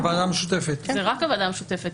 זה רק הוועדה המשותפת.